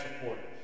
supporters